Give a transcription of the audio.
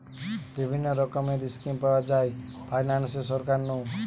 বিভিন্ন রকমের স্কিম পাওয়া যায় ফাইনান্সে সরকার নু